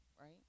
right